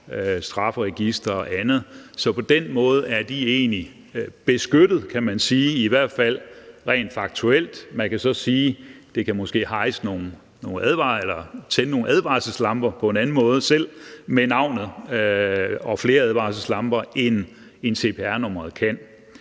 strafferegistre og andet. Så på den måde kan man egentlig sige, at de er beskyttet, i hvert fald rent faktuelt. Man kan så sige, at det kan tænde nogle advarselslamper på en anden måde selv med navnet – og flere advarselslamper – end cpr-nummeret kan.